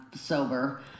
sober